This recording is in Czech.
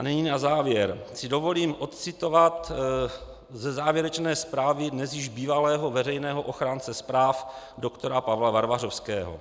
A nyní na závěr si dovolím ocitovat ze závěrečné zprávy dnes již bývalého veřejného ochránce práv Dr. Pavla Varvařovského.